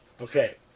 Okay